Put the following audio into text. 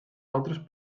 altres